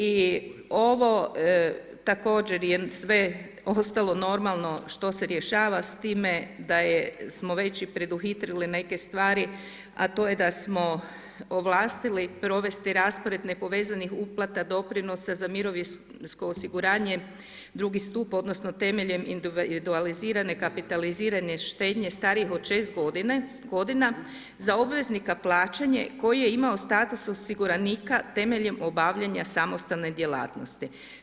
I ovo također je sve ostalo normalno što se rješava s time da smo već i preduhitrili neke stvari, a to je da smo ovlastili provesti raspored nepovezanih uplata doprinosa za mirovinsko osiguranje drugi stup, odnosno temeljem individualizirane kapitalizirane štednje starijih od 6 godina za obveznika plaćanja koji je imao status osiguranika temeljem obavljanja samostalne djelatnosti.